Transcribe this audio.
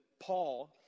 Paul